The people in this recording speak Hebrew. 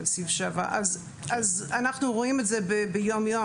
אנחנו רואים את זה ביום יום,